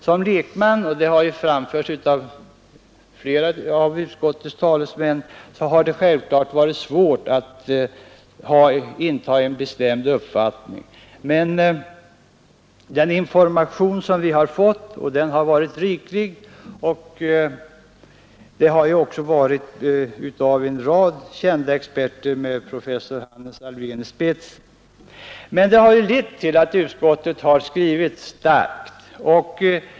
Som lekman har jag självfallet haft svårt att inta en bestämd ståndpunkt — och den synpunkten har framförts av flera utskottsledamöter. Vi har emellertid fått riklig information, som getts av en rad kända experter med professor Hannes Alfvén i spetsen, och det har lett till att utskottet gjort en stark skrivning.